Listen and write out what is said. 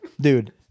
dude